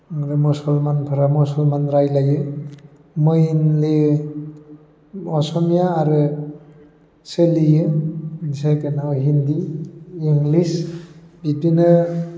आरो मुसालमानफोरा मुसालमान रायज्लायो मेनलि असमिया आरो सोलियो सेकेन्डआव हिन्दी इंलिस बिब्दिनो